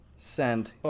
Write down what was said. Send